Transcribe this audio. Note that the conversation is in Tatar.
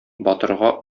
батырга